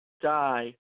die